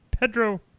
Pedro